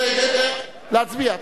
--- להצביע.